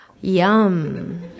Yum